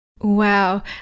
Wow